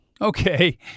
Okay